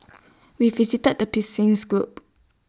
we visited the Persians group